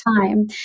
time